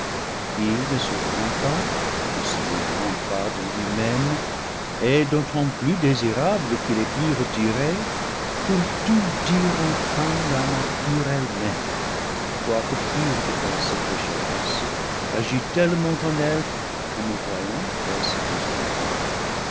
qui ne s'offrant pas ne se livrant pas de lui-même et d'autant plus désirable qu'il est plus retiré pour tout dire enfin la nature elle-même quoique pure de pensée pécheresse agit tellement en elle qu'en me voyant elle se détourna